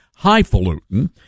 highfalutin